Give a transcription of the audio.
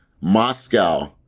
Moscow